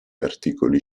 articoli